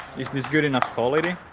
is this good enough quality?